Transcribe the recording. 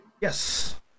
Yes